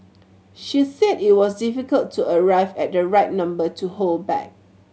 she said it was difficult to arrive at the right number to hold back